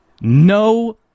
no